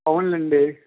అవునులెండి